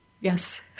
yes